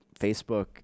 Facebook